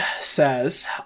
says